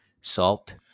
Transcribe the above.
Salt